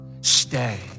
stay